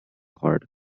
horde